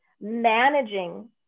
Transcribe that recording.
Managing